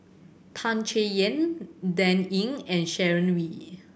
Tan Chay Yan Dan Ying and Sharon Wee